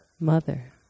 Mother